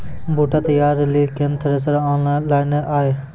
बूटा तैयारी ली केन थ्रेसर आनलऽ जाए?